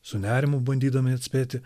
su nerimu bandydami atspėti